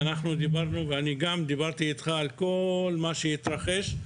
ודיברתי איתך על כל מה שהתרחש.